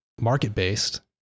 market-based